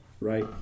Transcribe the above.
Right